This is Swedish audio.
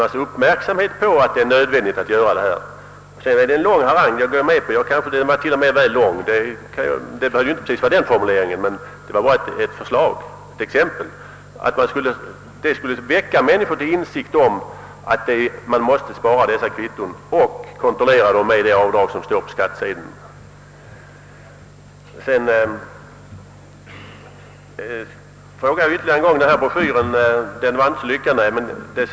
Jag kan hålla med om att den harang som följer efter det av herr Andersson i Essvik citerade avsnittet är väl lång. Men det behöver inte precis vara denna formulering — det är bara ett exempel. Avsikten är att de skattskyldiga skall väckas till insikt om att de bör spara avlöningskvittona och med ledning av dem kontrollera det skatteavdrag som anges på skattsedeln.